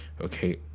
okay